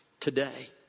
Today